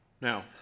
Now